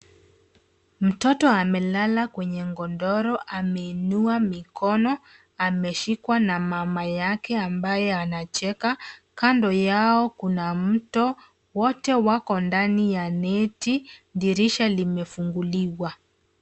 Mtoto amelala kwenye godoro ameinua mikono ameshikwa na mama yake ambaye anacheka. Kando yao kuna mto. Wote wako ndani ya neti. Dirisha limefunguliwa.